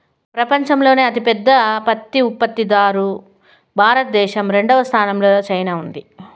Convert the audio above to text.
పపంచంలోనే అతి పెద్ద పత్తి ఉత్పత్తి దారు భారత దేశం, రెండవ స్థానం లో చైనా ఉంది